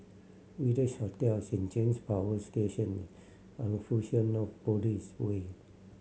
Village Hotel Saint James Power Station Fusionopolis Way